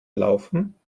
laufen